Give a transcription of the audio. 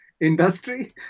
industry